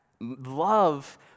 Love